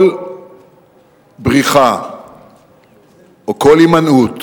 כל בריחה או כל הימנעות,